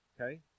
Okay